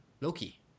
Loki